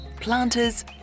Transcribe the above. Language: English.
planters